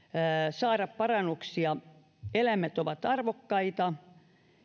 saada parannuksia eläimet ovat arvokkaita